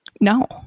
No